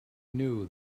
knew